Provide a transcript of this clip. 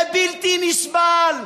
זה בלתי נסבל.